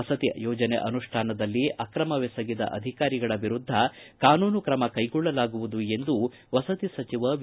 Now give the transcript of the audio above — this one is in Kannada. ವಸತಿ ಯೋಜನೆ ಅನುಷ್ಟಾನದಲ್ಲಿ ಅಕ್ರಮವೆಸಗಿದ ಅಧಿಕಾರಿಗಳ ವಿರುದ್ದ ಕಾನೂನು ಕ್ರಮ ಕೈಗೊಳ್ಳಲಾಗುವುದು ಎಂದು ವಸತಿ ಸಚಿವ ವಿ